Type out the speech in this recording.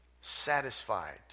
satisfied